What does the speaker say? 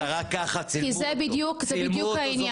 כי זה בדיוק העניין.